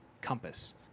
compass